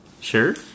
Sure